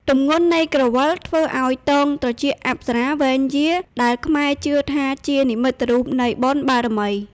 ទម្ងន់នៃក្រវិលធ្វើឱ្យទងត្រចៀកអប្សរាវែងយារ ដែលខ្មែរជឿថាជានិមិត្តរូបនៃបុណ្យបារមី។